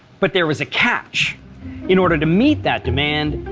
but there was a catch in order to meet that demand,